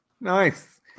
Nice